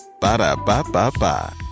Ba-da-ba-ba-ba